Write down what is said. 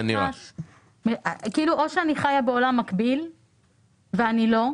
בעולם מקביל ואני לא.